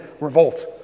revolt